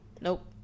nope